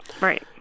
Right